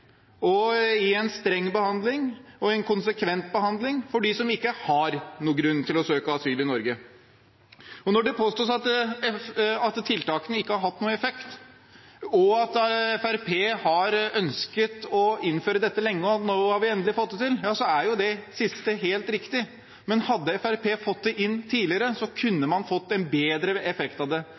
å gi en streng og konsekvent behandling av dem som ikke har noen grunn til å søke asyl i Norge. Når det påstås at tiltakene ikke har hatt noen effekt, og at Fremskrittspartiet har ønsket å innføre dette lenge og nå endelig har fått det til, er det siste helt riktig. Men hadde Fremskrittspartiet fått det inn tidligere, kunne man fått en bedre effekt. Det